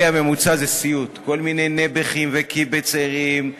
חבר הכנסת מיקי רוזנטל, בבקשה.